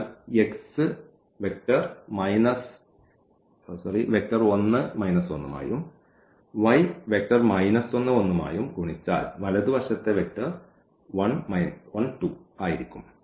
അതിനാൽ x vector 1 1 മായും y 11 മായും ഗുണിച്ചാൽ വലതുവശത്തെ വെക്റ്റർ 1 2 ആയിരിക്കും